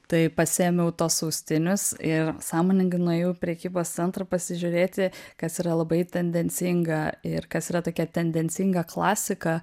tai pasiėmiau tuos austinius ir sąmoningai nuėjau į prekybos centrą pasižiūrėti kas yra labai tendencinga ir kas yra tokia tendencinga klasika